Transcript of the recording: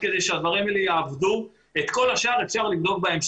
כדי לאפשר לה לפעול.